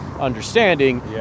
understanding